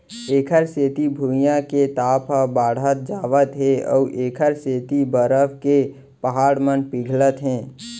एखर सेती भुइयाँ के ताप ह बड़हत जावत हे अउ एखर सेती बरफ के पहाड़ मन पिघलत हे